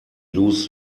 lose